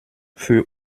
für